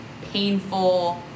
painful